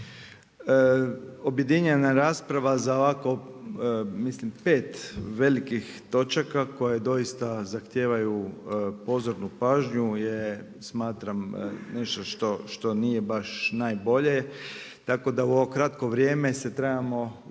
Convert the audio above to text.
Objedinjena rasprava za ovako, mislim 5 velikih točaka, koje doista zahtijevaju pozornu pažnju, je smatram nešto što nije baš najbolje, tako da u ovo kratko vrijeme se trebamo ustvari